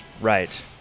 Right